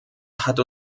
hat